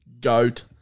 GOAT